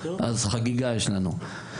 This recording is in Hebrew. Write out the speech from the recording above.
אז חגיגה יש לנו.